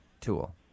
tool